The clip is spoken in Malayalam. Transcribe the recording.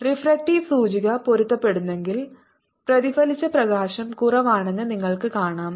റിഫ്രാക്റ്റീവ് സൂചിക പൊരുത്തപ്പെടുന്നെങ്കിൽ പ്രതിഫലിച്ച പ്രകാശം കുറവാണെന്ന് നിങ്ങൾക്ക് കാണാം